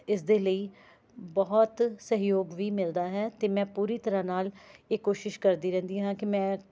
ਇਸ ਦੇ ਲਈ ਬਹੁਤ ਸਹਿਯੋਗ ਵੀ ਮਿਲਦਾ ਹੈ ਅਤੇ ਮੈਂ ਪੂਰੀ ਤਰ੍ਹਾਂ ਨਾਲ ਇਹ ਕੋਸ਼ਿਸ਼ ਕਰਦੀ ਰਹਿੰਦੀ ਹਾਂ ਕਿ ਮੈਂ